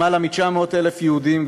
יותר מ-900,000 יהודים,